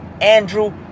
Andrew